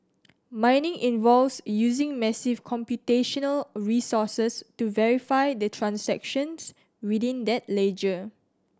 mining involves using massive computational resources to verify the transactions within that ledger